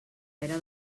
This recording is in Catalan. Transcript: pera